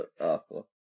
awful